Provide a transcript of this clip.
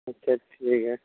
اچھا ٹھیک ہے